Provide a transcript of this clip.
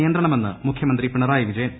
നിയന്ത്രണമെന്ന് മുഖ്യമന്ത്രി പിണ്റായി വിജയൻ